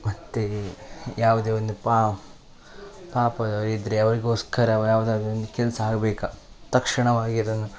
ಮತ್ತು ಯಾವುದೇ ಒಂದು ಪಾ ಪಾಪದವರಿದ್ದರೆ ಅವರಿಗೋಸ್ಕರ ಯಾವ್ದಾದರೂ ಒಂದು ಕೆಲಸ ಆಗ್ಬೇಕಾ ತಕ್ಷಣವಾಗಿ ಅದನ್ನು